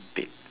dead